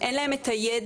אין להם את הידע,